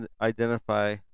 identify